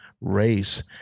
race